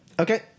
Okay